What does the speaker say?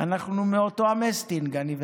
אנחנו מאותו המסטינג, אני ואתה.